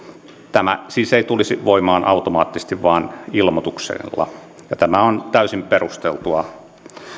tämä siis ei tulisi voimaan automaattisesti vaan ilmoituksella ja tämä on täysin perusteltua